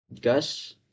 Gus